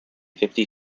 fifty